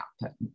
happen